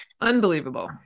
Unbelievable